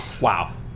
Wow